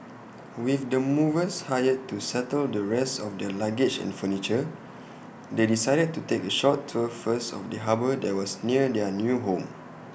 with the movers hired to settle the rest of their luggage and furniture they decided to take A short tour first of the harbour that was near their new home